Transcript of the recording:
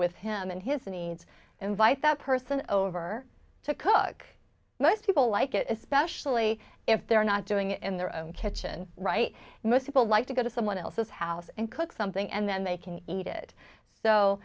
with him and his needs invite that person over to cook most people like it especially if they're not doing it in their own kitchen right most people like to go to someone else's house and cook something and then they can eat it so